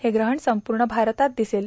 हे ग्रहण संपूर्ण भारतात दिसेल